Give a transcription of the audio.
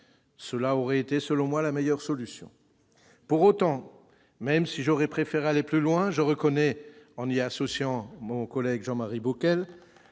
cela aurait été la meilleure solution. Pour autant, même si j'aurais donc préféré aller plus loin, je reconnais, associant mon collègue Jean-Marie Bockel